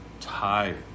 tired